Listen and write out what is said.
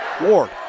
Ward